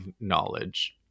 knowledge